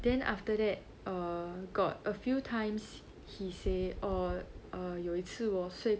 then after that err got a few times he say orh err 有一次我睡